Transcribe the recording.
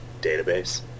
Database